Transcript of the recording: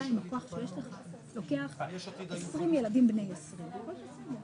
את לא רוצה להסביר את ההסתייגויות שלך?